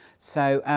so,